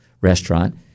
restaurant